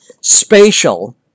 spatial